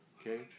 Okay